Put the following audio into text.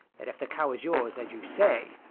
that if the cow is yours, as you say,